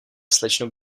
slečno